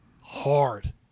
hard